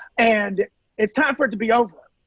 and it's time for it to be over.